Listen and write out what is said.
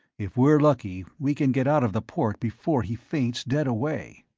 if we're lucky, we can get out of the port before he faints dead away.